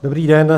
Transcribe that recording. Dobrý den.